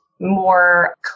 more